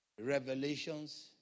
Revelations